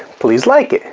please like it.